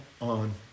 on